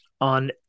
on